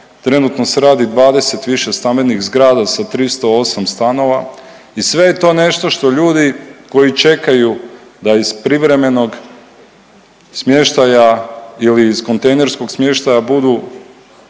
trenutno se radi 20 višestambenih zgrada za 308 stanova i sve je to nešto što ljudi koji čekaju da iz privremenog smještaja ili iz kontejnerskog smještaja budu